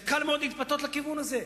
זה קל מאוד להתפתות לכיוון הזה,